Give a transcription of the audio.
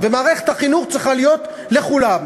ומערכת החינוך צריכה להיות לכולם,